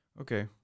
Okay